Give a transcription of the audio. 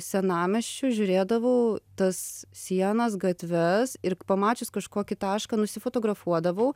senamiesčiu žiūrėdavau tas sienas gatves ir pamačius kažkokį tašką nusifotografuodavau